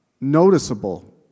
noticeable